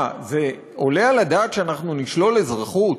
מה, זה עולה הדעת שאנחנו נשלול אזרחות?